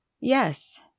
Yes